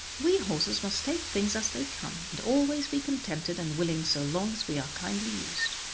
we horses must take things as they come, and always be contented and willing so long as we are kindly used.